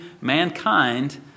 mankind